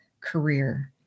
career